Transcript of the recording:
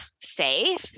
safe